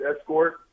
escort